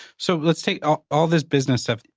so let's take ah all this business stuff.